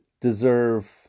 deserve